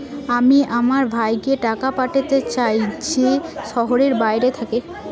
আমি আমার ভাইকে টাকা পাঠাতে চাই যে শহরের বাইরে থাকে